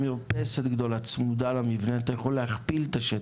או מרפסת גדולה שצמודה למבנה אתה יכול להכפיל את השטח.